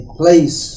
place